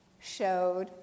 showed